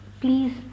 please